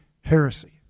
heresy